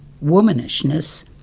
womanishness